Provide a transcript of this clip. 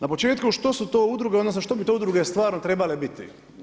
Na početku što su to udruge odnosno što bi to udruge stvarno trebali biti.